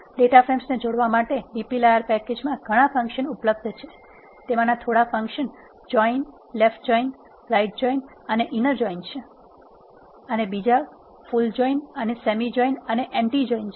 data ફ્રેમ્સને જોડવા માટે dplyr પેકેજમાં ઘણા ફંક્શન ઉપલબ્ધ છે તેમાંના થોડા લેફ્ટ જોઈન રાઈટ જોઈન અને ઇનર જોઈન છે અને બીજા ફૂલ જોઈન સેમી જોઈન અને એન્ટી જોઈન છે